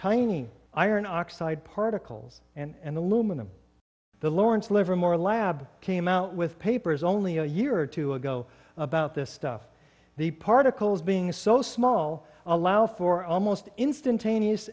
tiny iron oxide particles and aluminum the lawrence livermore lab came out with papers only a year or two ago about this stuff the particles being so small allow for almost instantaneous